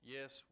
Yes